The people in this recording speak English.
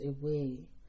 away